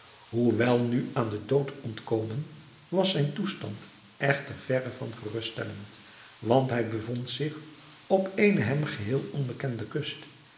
hoewel nu aan den dood ontkomen was zijn toestand echter verre van geruststellend want hij bevond zich op eene hem geheel onbekende kust